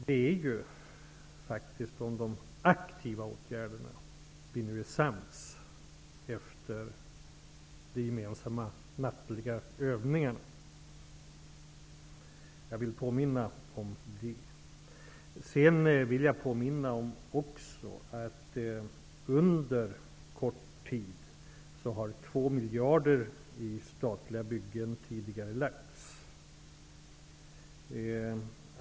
Det är faktiskt om de aktiva åtgärderna vi nu är sams efter de gemensamma nattliga övningarna. Jag vill påminna om det. Sedan vill jag påminna om också att under kort tid har två miljarder i statliga byggen tidigarelagts.